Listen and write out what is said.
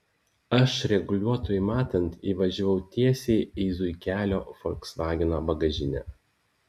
aš reguliuotojui matant įvažiavau tiesiai į zuikelio folksvageno bagažinę